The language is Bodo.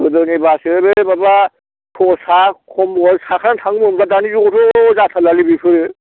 गोदोनि बासो बे माबा खसाब खमबल दस थाखानि थांनो मोनब्ला दानि जुगावथ' जाथारलालै बेफोरो